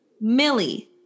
Millie